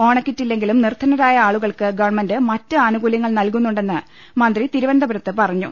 ഓണക്കിറ്റില്ലെങ്കിലും നിർധനരായ ആളുകൾക്ക് ഗവൺമെൻറ്റ് മറ്റ് ആനുകൂല്യങ്ങൾ നൽകുന്നുണ്ടെന് മന്ത്രി തിരുവനന്തപുരത്ത് പറഞ്ഞു